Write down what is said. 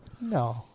No